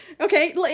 Okay